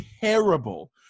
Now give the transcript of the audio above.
terrible